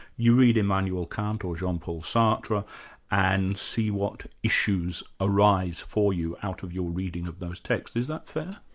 you read immanuel kant or jean-paul sartre and see what issues arise for you out of your reading of those texts. is that fair?